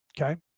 Okay